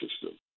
system